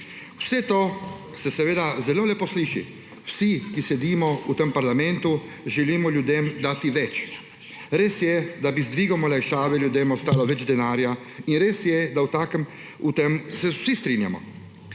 Vse to se seveda zelo lepo sliši. Vsi, ki sedimo v tem parlamentu, želimo ljudem dati več. Res je, da bi z dvigom olajšave ljudem ostalo več denarja, in res je, da s tem se vsi strinjamo.